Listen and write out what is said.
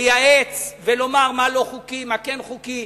לייעץ ולומר מה לא חוקי ומה כן חוקי.